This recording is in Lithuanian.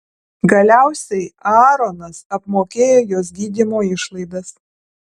galiausiai aaronas apmokėjo jos gydymo išlaidas